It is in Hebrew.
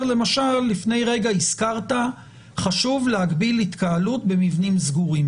למשל לפני רגע הזכרת שחשוב להגביל התקהלות במבנים סגורים.